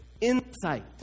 insight